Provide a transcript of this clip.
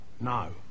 No